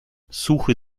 suche